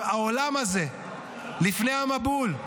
העולם הזה לפני המבול,